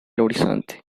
horizonte